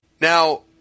Now